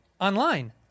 Online